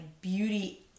beauty